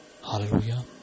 Hallelujah